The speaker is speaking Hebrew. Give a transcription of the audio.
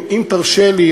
ואם תרשה לי,